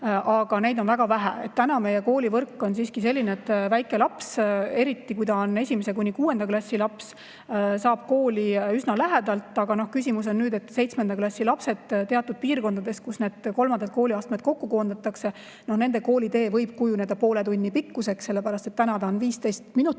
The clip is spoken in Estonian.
aga neid on väga vähe. Meie koolivõrk on siiski selline, et väike laps, eriti kui ta on esimese kuni kuuenda klassi laps, saab kooli üsna lähedalt. Aga nüüd on küsimus, et seitsmenda klassi lastel teatud piirkondades, kus need kolmandad kooliastmed kokku koondatakse, võib koolitee kujuneda poole tunni pikkuseks. Täna on võib-olla 15 minutit